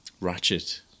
Ratchet